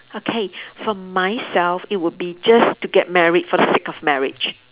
okay for myself it would be just to get married for the sake of marriage